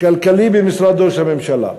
כלכלי במשרד ראש הממשלה,